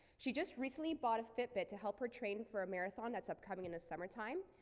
she just recently bought a fitbit to help her train for a marathon that's upcoming in the summer time.